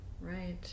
Right